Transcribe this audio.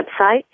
website